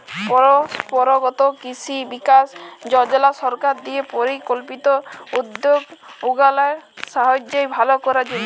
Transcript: পরম্পরাগত কিসি বিকাস যজলা সরকার দিঁয়ে পরিকল্পিত উদ্যগ উগলার সাইস্থ্য ভাল করার জ্যনহে